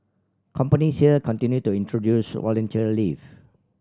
companies here continue to introduce volunteer leave